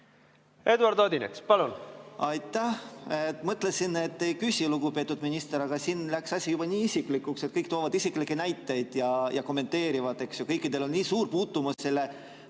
Eduard Odinets, palun! Aitäh! Mõtlesin, et ei küsi, lugupeetud minister, aga siin läks asi juba nii isiklikuks, kõik toovad isiklikke näiteid ja kommenteerivad, eks ju, kõikidel on nii suur puutumus selle